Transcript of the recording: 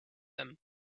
them